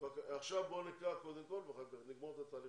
נקרא את הצעת החוק.